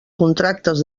contractes